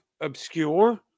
obscure